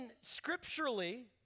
scripturally